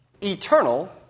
eternal